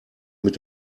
mit